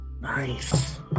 Nice